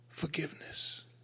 forgiveness